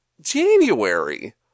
January